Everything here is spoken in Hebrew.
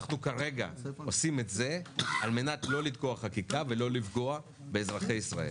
אנחנו כרגע עושים את זה על מנת לא לתקוע חקיקה ולא לפגוע באזרחי ישראל,